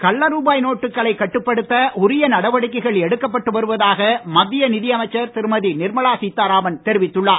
கள்ள ரூபாய் நோட்டுகளை கட்டுப்படுத்த உரிய நடவடிக்கைகள் எடுக்கப்பட்டு வருவதாக மத்திய நிதியமைச்சர் திருமதி நிர்மலா சீதாராமன் தெரிவித்துள்ளார்